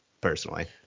personally